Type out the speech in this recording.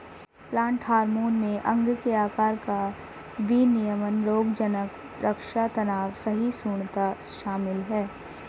plant hormone में अंग के आकार का विनियमन रोगज़नक़ रक्षा तनाव सहिष्णुता शामिल है